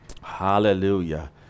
hallelujah